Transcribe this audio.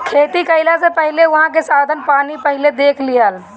खेती कईला से पहिले उहाँ के साधन पानी पहिले देख लिहअ